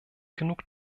genug